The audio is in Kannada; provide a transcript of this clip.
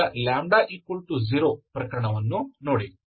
ಈಗ λ 0 ಪ್ರಕರಣವನ್ನು ನೋಡಿ